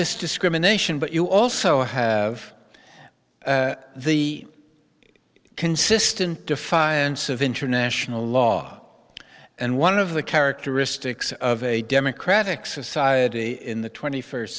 this discrimination but you also have the consistent defiance of international law and one of the characteristics of a democratic society in the twenty first